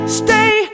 stay